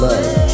Love